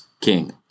king